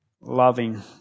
loving